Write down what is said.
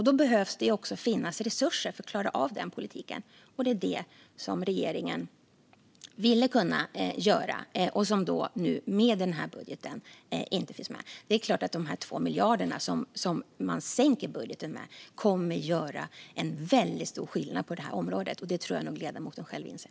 Då behöver det också finnas resurser för att klara av den politiken. Och det var det som regeringen ville göra men som nu inte finns med i denna budget. Det är klart att de 2 miljarder som budgeten sänks med kommer att göra en väldigt stor skillnad på detta område. Det tror jag att ledamoten själv inser.